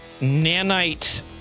nanite